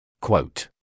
Quote